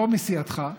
לא מסיעתך,